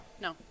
no